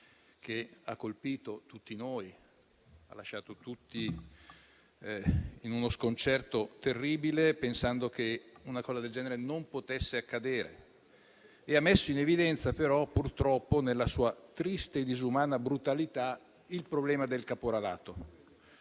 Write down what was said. che ha colpito e ha lasciato tutti noi in uno sconcerto terribile, pensando che una cosa del genere non potesse accadere, ha però messo in evidenza, purtroppo, nella sua triste e disumana brutalità, il problema del caporalato.